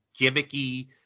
gimmicky